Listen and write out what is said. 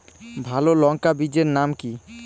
ভালো লঙ্কা বীজের নাম কি?